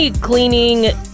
cleaning